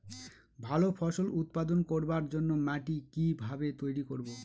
ভালো ফসল উৎপাদন করবার জন্য মাটি কি ভাবে তৈরী করব?